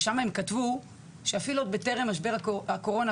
ושם הם כתבו שעוד בטרם משבר הקורונה,